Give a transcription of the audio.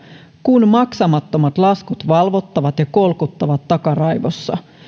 kun maksamattomat laskut valvottavat ja kolkuttavat takaraivossa